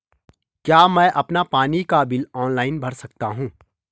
क्या मैं अपना पानी का बिल ऑनलाइन भर सकता हूँ?